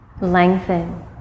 Lengthen